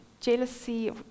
jealousy